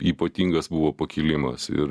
ypatingas buvo pakilimas ir